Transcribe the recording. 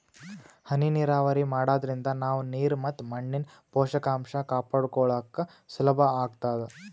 ಹನಿ ನೀರಾವರಿ ಮಾಡಾದ್ರಿಂದ ನಾವ್ ನೀರ್ ಮತ್ ಮಣ್ಣಿನ್ ಪೋಷಕಾಂಷ ಕಾಪಾಡ್ಕೋಳಕ್ ಸುಲಭ್ ಆಗ್ತದಾ